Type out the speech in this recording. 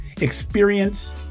experience